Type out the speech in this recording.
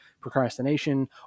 procrastination